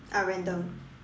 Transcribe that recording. ah random